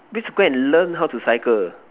please go and learn how to cycle